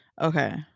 Okay